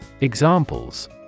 Examples